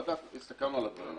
הסתכלנו על הדברים.